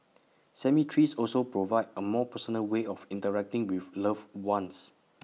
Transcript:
cemeteries also provide A more personal way of interacting with loved ones